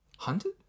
Hunted